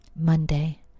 Monday